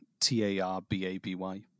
T-A-R-B-A-B-Y